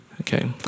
Okay